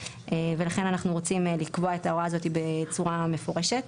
ולכן אנחנו רוצים לקבוע את ההוראה הזאת בצורה מפורשת.